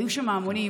היו שם המונים,